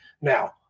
now